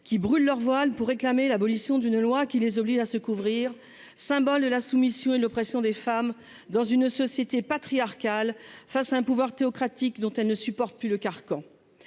qui brûlent leur voile pour réclamer l'abolition d'une loi qui les oblige à se couvrir, symbole de la soumission et l'oppression des femmes dans une société patriarcale face à un pouvoir théocratique dont elle ne supporte plus le carcan